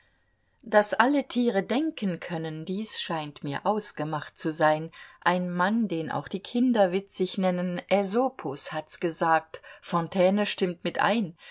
daß alle tiere denken können dies scheint mir ausgemacht zu sein ein mann den auch die kinder witzig nennen aesopus hats gesagt fontaine stimmt mit ein